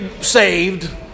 saved